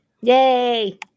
yay